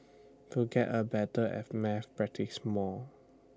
to get A better at math practice more